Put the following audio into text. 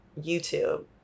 YouTube